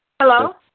Hello